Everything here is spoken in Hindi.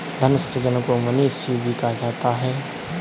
धन सृजन को मनी इश्यू भी कहा जाता है